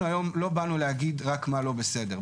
היום לא באנו להגיד רק מה לא בסדר,